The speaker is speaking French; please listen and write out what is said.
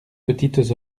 petites